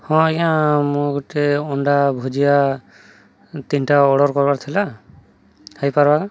ହଁ ଆଜ୍ଞା ମୁଁ ଗୋଟେ ଅଣ୍ଡା ଭୁଜିଆ ତିନିଟା ଅର୍ଡ଼ର୍ କର୍ବାର୍ ଥିଲା ହେଇପାର୍ବା